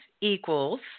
equals